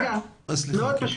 רגע, מאוד פשוט.